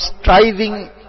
striving